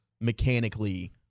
mechanically